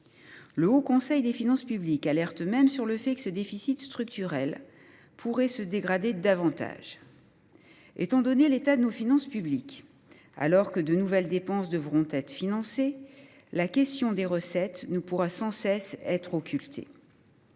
Le Haut Conseil des finances publiques alerte même sur le fait que ce déficit structurel pourrait se dégrader davantage. Étant donné l’état de nos finances publiques, alors que de nouvelles dépenses devront être financées, la question des recettes ne pourra pas être sans cesse occultée.